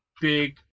big